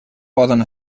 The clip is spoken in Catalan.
poden